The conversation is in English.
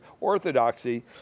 orthodoxy